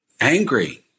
angry